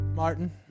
Martin